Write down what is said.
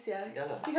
ya lah